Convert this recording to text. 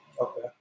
Okay